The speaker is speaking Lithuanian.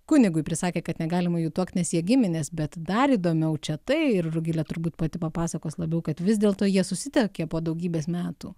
kunigui prisakė kad negalima jų tuokt nes jie giminės bet dar įdomiau čia tai ir rugilė turbūt pati papasakos labiau kad vis dėlto jie susituokė po daugybės metų